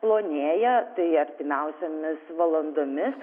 plonėja tai artimiausiomis valandomi